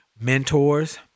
Mentors